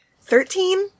Thirteen